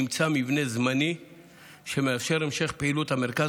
נמצא מבנה זמני שמאפשר את המשך פעילות המרכז